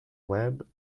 web